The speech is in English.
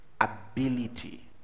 ability